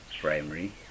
primary